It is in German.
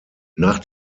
nach